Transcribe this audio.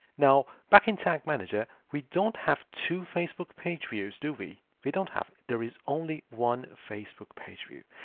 now, back in tag manager, we don't have to facebook page views do we? we don't have there is only one facebook page view.